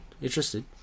interested